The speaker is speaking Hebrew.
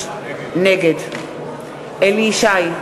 נגד אליהו ישי,